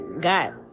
got